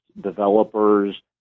developers